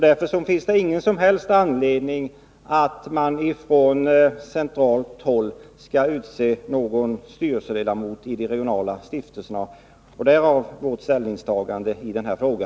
Därför finns det ingen som helst anledning att från centralt håll utse någon styrelseledamot i de regionala stiftelserna. Därav vårt ställningstagande i denna fråga.